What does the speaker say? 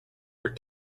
are